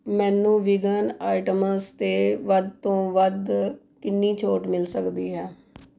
ਮੈਨੂੰ vegan items 'ਤੇ ਵੱਧ ਤੋਂ ਵੱਧ ਕਿੰਨੀ ਛੋਟ ਮਿਲ ਸਕਦੀ ਹੈ